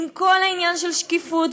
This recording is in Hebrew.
עם כל העניין של שקיפות,